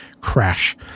crash